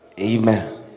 Amen